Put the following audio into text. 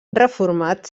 reformat